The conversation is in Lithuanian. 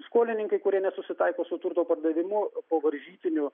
skolininkai kurie nesusitaiko su turto pardavimu po varžytinių